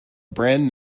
brand